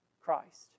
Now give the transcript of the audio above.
Christ